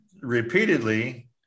repeatedly